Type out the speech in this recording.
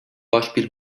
beispiel